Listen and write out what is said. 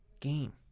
game